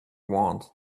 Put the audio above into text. wand